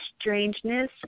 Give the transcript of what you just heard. strangeness